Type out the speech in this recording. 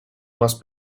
must